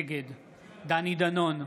נגד דני דנון,